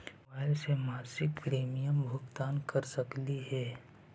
Mobile से मासिक premium के भुगतान कर सकली हे?